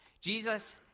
Jesus